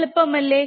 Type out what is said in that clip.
എളുപ്പമല്ലേ